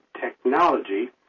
technology